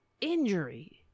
injury